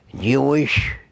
Jewish